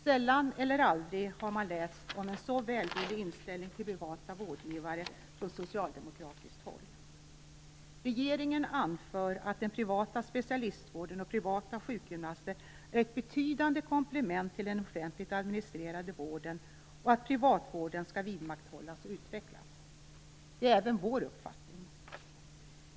Sällan eller aldrig har man sett en så välvillig inställning till privata vårdgivare från socialdemokratiskt håll. Regeringen anför att den privata specialistvården och privata sjukgymnaster är ett betydande komplement till den offentligt administrerade vården och att privatvården skall vidmakthållas och utvecklas. Det är även vår uppfattning.